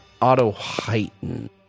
auto-heighten